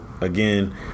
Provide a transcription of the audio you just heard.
again